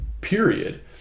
period